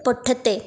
पुठि ते